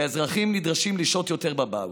והאזרחים נדרשים לשהות יותר בבית.